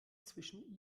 zwischen